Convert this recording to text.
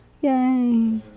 Yay